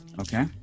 Okay